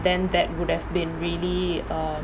then that would have been really um